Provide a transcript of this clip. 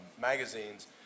magazines